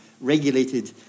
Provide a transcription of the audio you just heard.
regulated